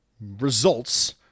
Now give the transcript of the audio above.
results